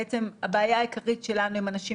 בעצם הבעיה העיקרית שלנו היא עם אנשים